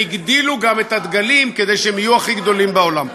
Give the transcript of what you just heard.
והגדילו גם את הדגלים כדי שהם יהיו הכי גדולים בעולם.